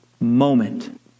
moment